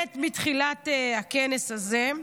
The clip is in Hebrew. מתחילת הכנס הזה.